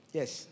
yes